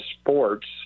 sports